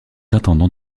intendant